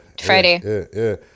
Friday